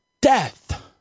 death